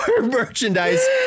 merchandise